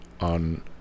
on